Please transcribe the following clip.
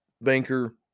Banker